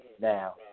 now